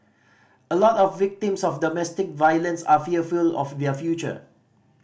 a lot of victims of domestic violence are fearful of their future